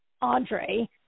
Andre